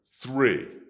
Three